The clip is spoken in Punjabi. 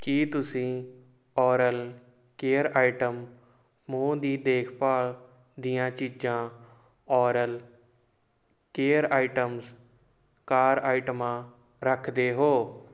ਕੀ ਤੁਸੀਂ ਓਰਲ ਕੇਅਰ ਆਇਟਮ ਮੂੰਹ ਦੀ ਦੇਖਭਾਲ ਦੀਆਂ ਚੀਜ਼ਾਂ ਓਰਲ ਕੇਅਰ ਆਇਟਮਸ ਕਾਰ ਆਈਟਮਾਂ ਰੱਖਦੇ ਹੋ